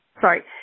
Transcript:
sorry